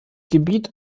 gebiet